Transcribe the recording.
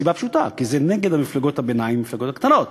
מסיבה פשוטה: כי זה נגד מפלגות הביניים והמפלגות הקטנות.